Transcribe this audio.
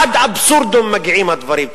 עד אבסורדום מגיעים הדברים.